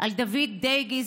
על דויד דייגי,